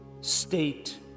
state